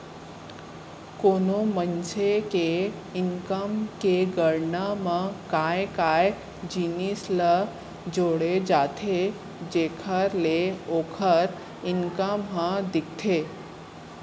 कोनो मनसे के इनकम के गणना म काय काय जिनिस ल जोड़े जाथे जेखर ले ओखर इनकम ह दिखथे?